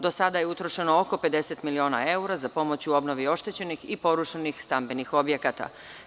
Do sada je utrošeno oko 50 miliona evra za pomoć u obnovi oštećenih i porušenih stambenih objekata.